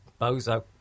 Bozo